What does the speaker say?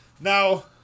now